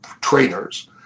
trainers